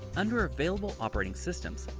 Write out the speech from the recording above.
under available operating systems,